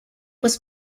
was